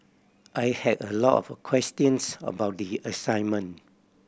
I had a lot of questions about the assignment